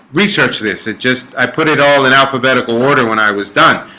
research this at just i put it all in alphabetical order when i was done,